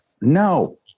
no